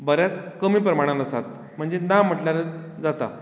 बऱ्याच कमी प्रमाणान आसात म्हणचे ना म्हणल्यार जाता